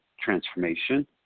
transformation